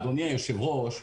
אדוני היושב-ראש,